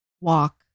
walk